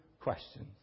questions